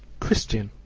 christian,